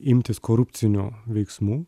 imtis korupcinių veiksmų